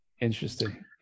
Interesting